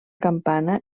campana